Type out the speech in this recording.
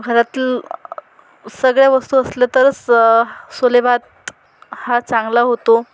घरातलं सगळ्या वस्तू असल्या तरच छोले भात हा चांगला होतो